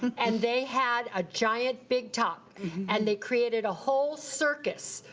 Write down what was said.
and they had a giant big top and they created a whole circus.